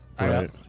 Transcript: Right